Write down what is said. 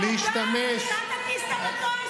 אתה תטיס את המטוס?